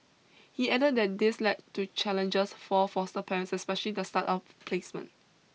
he added that this led to challenges for foster parents especially the start of placement